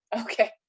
Okay